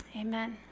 Amen